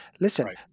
Listen